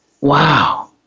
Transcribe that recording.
Wow